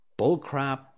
bullcrap